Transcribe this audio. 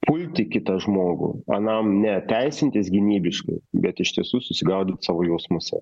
pulti kitą žmogų anam ne teisintis gynybiškai bet iš tiesų susigaudyt savo jausmuose